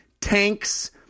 tanks